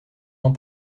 ans